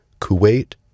Kuwait